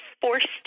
forced